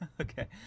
okay